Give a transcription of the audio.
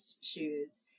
shoes